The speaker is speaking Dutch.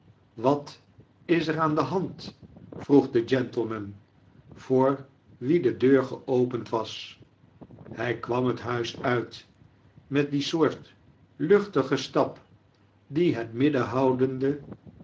wat is er aan de hand v vroeg de gentleman voor wieai de deur geopend was hij kwam liet liuis uit met die soort luchtigen stap het midden houdende